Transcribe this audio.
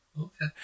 okay